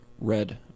red